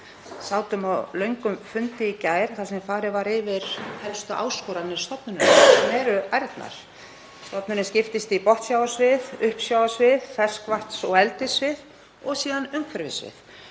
sátum á löngum fundi í gær þar sem farið var yfir helstu áskoranir stofnunarinnar sem eru ærnar. Stofnunin skiptist í botnsjávarsvið, uppsjávarsvið, ferskvatns- og eldissvið og síðan umhverfissvið.